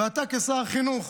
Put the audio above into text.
ואתה כשר החינוך,